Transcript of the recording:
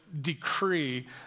decree